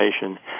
information